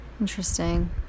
Interesting